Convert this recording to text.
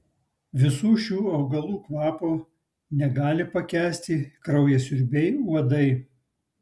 visų šių augalų kvapo negali pakęsti kraujasiurbiai uodai